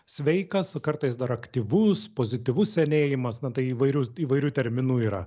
sveikas kartais dar aktyvus pozityvus senėjimas na tai įvairių įvairių terminų yra